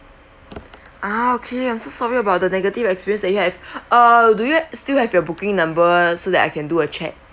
ah okay I'm so sorry about the negative experience that you have uh do you still have your booking number so that I can do a check